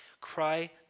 cry